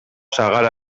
sagar